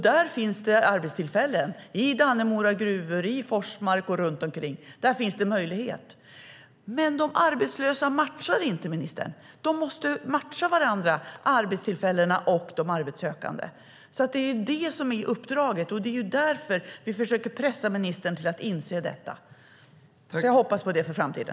Där finns det arbetstillfällen, till exempel i Dannemora gruvor och i Forsmark. Där finns det möjligheter. Men de arbetslösa matchar inte arbetstillfällena, ministern. Arbetstillfällena och de arbetssökande måste matcha varandra. Det är det som är uppdraget. Det är därför vi försöker pressa ministern till att inse detta. Jag hoppas på det för framtiden.